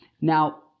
Now